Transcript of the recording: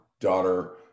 daughter